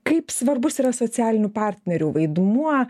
kaip svarbus yra socialinių partnerių vaidmuo